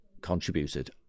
contributed